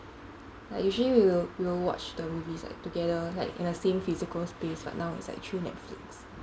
like usually we will we will watch the movies like together like in a same physical space like but now it's like through netflix